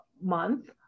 month